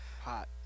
Hot